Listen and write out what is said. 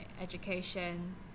education